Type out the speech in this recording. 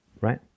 right